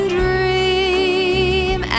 dream